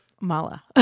Mala